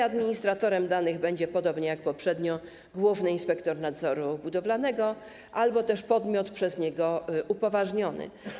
Administratorem danych będzie, podobnie jak poprzednio, główny inspektor nadzoru budowlanego albo też podmiot przez niego upoważniony.